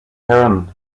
heron